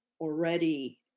already